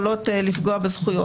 יכולות לפגוע בזכויות.